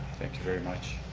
thank you very much.